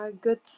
good